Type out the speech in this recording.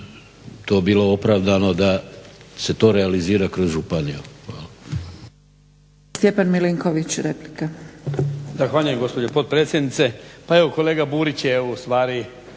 to bilo opravdano da se to realizira kroz županiju.